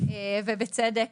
ובצדק,